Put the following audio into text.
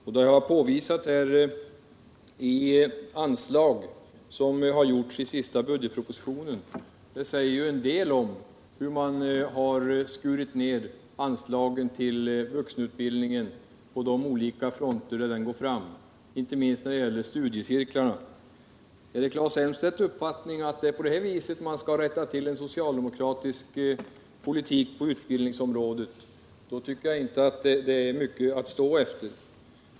Vad jag har påvisat i anslagen i den senaste budgetpropositionen säger ju en del om hur man har skurit ner anslagen till vuxenutbildningen på olika fronter, inte minst när det gäller studiecirklarna. Ärdet Claes Elmstedts uppfattning att det är på detta vis man skall rätta till felen i en socialdemokratisk politik på utbildningsområdet? Då tycker jag inte det är mycket att stå efter!